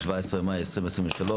17 במאי 2023,